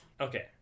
okay